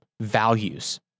values